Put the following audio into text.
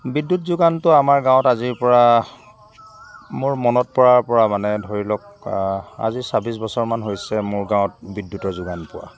বিদ্যুৎ যোগানটো আমাৰ গাঁৱত আজি পৰা মোৰ মনত পৰাৰ পৰা মানে ধৰি লওক আজি চাব্বিছ বছৰমান হৈছে মোৰ গাঁৱত বিদ্যুৎৰ যোগান পোৱা